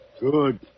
Good